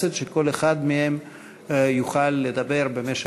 לסדר-היום בנושא: